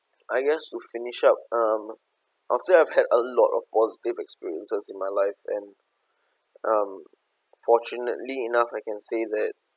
I guess we'll finish up um I'll say I've had a lot of positive experiences in my life and um fortunately enough I can say that